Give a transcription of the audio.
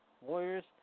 Warriors